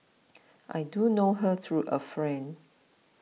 I do know her through a friend